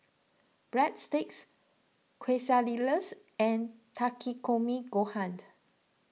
Breadsticks Quesadillas and Takikomi Gohaned